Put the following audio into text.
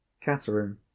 Catherine